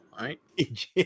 right